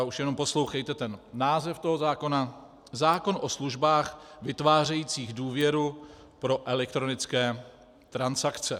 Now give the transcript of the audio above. Už jenom poslouchejte název toho zákona: zákon o službách vytvářejících důvěru pro elektronické transakce.